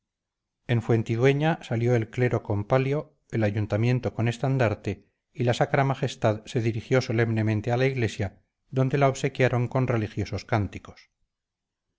en fuentidueña salió el clero con palio el ayuntamiento con estandarte y la sacra majestad se dirigió solemnemente a la iglesia donde la obsequiaron con religiosos cánticos